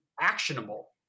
actionable